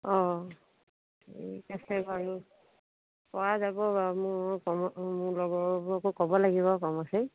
অঁ ঠিক আছে বাৰু পৰা যাব বাৰু মোৰ মোৰ লগৰবোৰকো ক'ব লাগিব